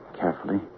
carefully